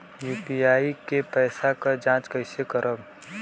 UPI के पैसा क जांच कइसे करब?